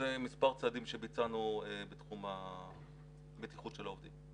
אלה מספר צעדים שביצענו בתחום הבטיחות של העובדים.